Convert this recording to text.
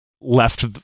left